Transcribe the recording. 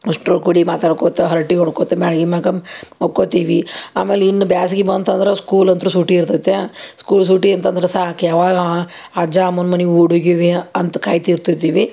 ಅಷ್ಟ್ರು ಕೂಡಿ ಮಾತಾಡ್ಕೋತ ಹರ್ಟೆ ಹೊಡ್ಕೋತ ಮ್ಯಾಳ್ಗೆ ಮ್ಯಾಲ ಮೊಕ್ಕೋತೀವಿ ಆಮೇಲೆ ಇನ್ನು ಬ್ಯಾಸ್ಗೆ ಬಂತಂದ್ರೆ ಸ್ಕೂಲ್ ಅಂತು ಸೂಟಿ ಇರ್ತೈತೆ ಸ್ಕೂಲ್ ಸೂಟಿ ಇತ್ತು ಅಂದರೆ ಸಾಕು ಯಾವಾಗ ಅಜ್ಜ ಅಮ್ಮನ ಮನಿಗೆ ಓಡೋಗುವೆ ಅಂತ ಕಾಯ್ತಿರ್ತಿದೀವಿ